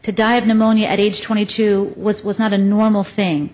to die of pneumonia at age twenty two was was not a normal thing